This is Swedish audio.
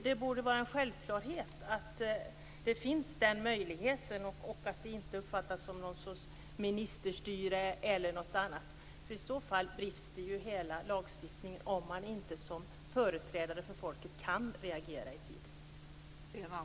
Det borde vara en självklarhet att den möjligheten finns och att det inte uppfattas som ministerstyre. Om man som företrädare för folket inte kan reagera i tid brister lagstiftningen.